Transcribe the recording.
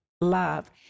love